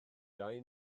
dau